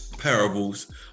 parables